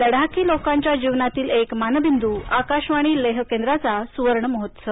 लडाखी लोकांच्या जीवनातील एक मानबिंद् आकाशवाणी लेह केंद्राचा सुवर्ण महोत्सव